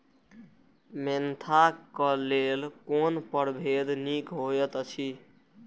Mentha क लेल कोन परभेद निक होयत अछि?